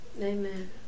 Amen